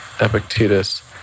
Epictetus